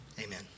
Amen